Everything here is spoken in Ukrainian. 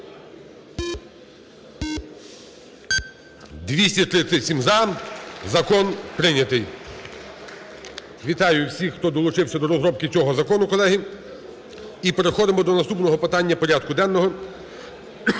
За-237 Закон прийнятий. Вітаю всіх, хто долучився до розробки цього закону, колеги. І переходимо до наступного питання порядку денного,